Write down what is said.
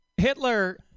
Hitler